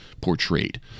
portrayed